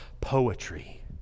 poetry